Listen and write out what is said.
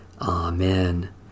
Amen